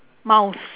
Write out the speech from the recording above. mouse